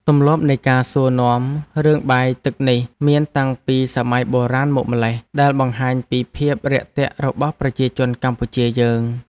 ទម្លាប់នៃការសួរនាំរឿងបាយទឹកនេះមានតាំងពីសម័យបុរាណមកម៉្លេះដែលបង្ហាញពីភាពរាក់ទាក់របស់ប្រជាជនកម្ពុជាយើង។